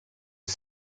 was